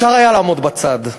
אפשר היה לעמוד בצד,